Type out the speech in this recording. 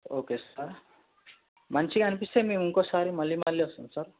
okay sir మంచిగా అనిపిస్తే మేము ఇంకోసారి మళ్ళీ మళ్ళీ వస్తాం సార్